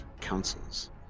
councils